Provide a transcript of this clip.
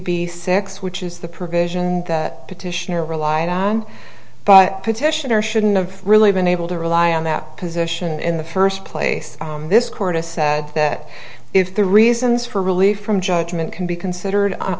b six which is the provision that petitioner relied on petitioner shouldn't have really been able to rely on that position in the first place in this court has said that if the reasons for relief from judgment can be considered i